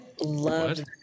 loved